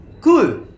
Cool